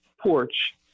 porch